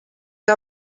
que